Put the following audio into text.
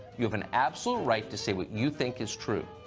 you have an absolute right to say what you think is true.